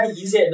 easy